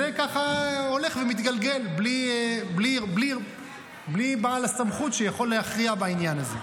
זה ככה הולך ומתגלגל בלי בעל הסמכות שיכול להכריע בעניין הזה,